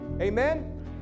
Amen